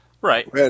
Right